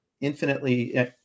infinitely